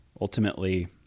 ultimately